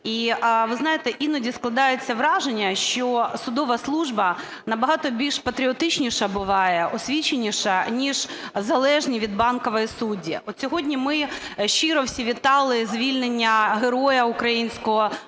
Ви знаєте, іноді складається враження, що судова служба на багато більш патріотичніша буває, освіченіша, ніж залежні від Банкової судді. От сьогодні ми щиро всі вітали звільнення героя українського